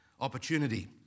opportunity